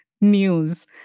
news